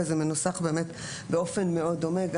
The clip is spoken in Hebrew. וזה מנוסח באופן מאוד דומה.